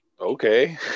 okay